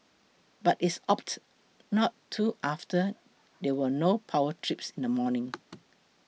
but it opted not to after there were no power trips in the morning